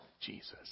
Jesus